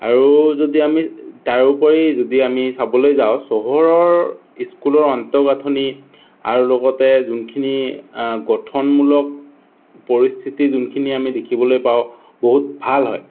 আৰু যদি আমি তাৰোপৰি যদি আমি চাবলৈ যাওঁ চহৰৰ স্কুলৰ অন্তঃগাঁথনি আৰু লগতে যোনখিনি গঠনমূলক পৰিস্থিতি যোনখিনি আমি দেখিবলৈ পাওঁ বহুত ভাল হয়